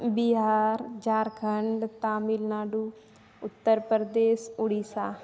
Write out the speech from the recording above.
Bihar Jharkhand Tamil Nadu Uttar Pradesh Orissa